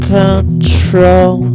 control